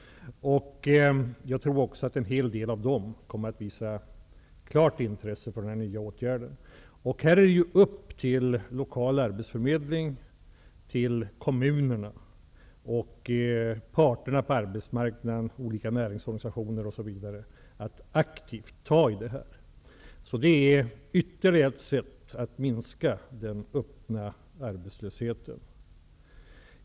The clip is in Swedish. Jag tror också att en hel del av dem kommer visa klart intresse för denna nya åtgärd. Det är upp till den lokala arbetsförmedlingen, kommunerna, parterna på arbetsmarknaden, olika näringslivsorganisationer osv. att aktivt gripa sig an detta. Det är ytterligare ett sätt att minska den öppna arbetslösheten.